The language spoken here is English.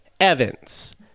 Evans